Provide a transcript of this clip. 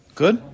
good